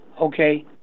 okay